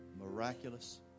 miraculous